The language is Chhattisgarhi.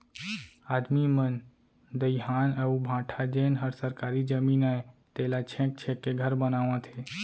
आदमी मन दइहान अउ भाठा जेन हर सरकारी जमीन अय तेला छेंक छेंक के घर बनावत हें